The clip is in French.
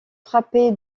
frapper